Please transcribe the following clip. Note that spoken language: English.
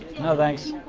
no, thanks